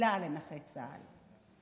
קהילה לנכי צה"ל.